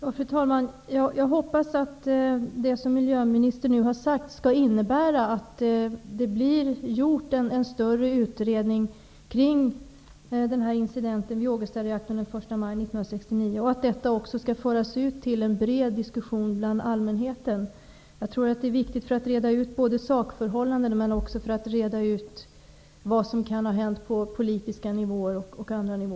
Fru talman! Jag hoppas att det miljöministern nu har sagt skall innebära att det görs en större utredning kring incidenten vid Ågestareaktorn den 1 maj 1969, och att resultaten skall föras ut till allmänheten i en bred diskussion. Jag tror att det är viktigt för att reda ut sakförhållandena, men också för att reda ut vad som kan ha hänt på t.ex. politisk nivå.